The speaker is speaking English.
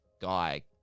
guy